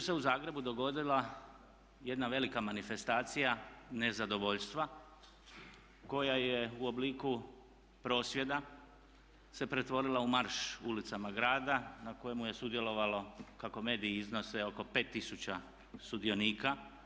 Jučer se u Zagrebu dogodila jedna velika manifestacija nezadovoljstva koja je u obliku prosvjeda se pretvorila u marš ulicama grada na kojemu je sudjelovalo kako mediji iznose oko 5000 sudionika.